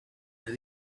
that